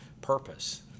purpose